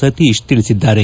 ಸತೀಶ್ ತಿಳಿಸಿದ್ದಾರೆ